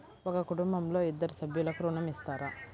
ఒక కుటుంబంలో ఇద్దరు సభ్యులకు ఋణం ఇస్తారా?